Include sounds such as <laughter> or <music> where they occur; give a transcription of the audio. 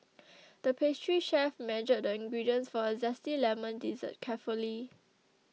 <noise> the pastry chef measured the ingredients for a Zesty Lemon Dessert carefully